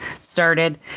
started